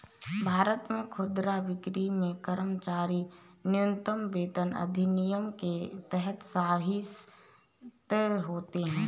भारत में खुदरा बिक्री में कर्मचारी न्यूनतम वेतन अधिनियम के तहत शासित होते है